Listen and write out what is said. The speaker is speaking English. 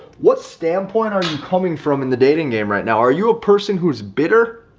what standpoint are you coming from in the dating game right now? are you a person who is bitter?